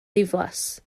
ddiflas